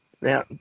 Now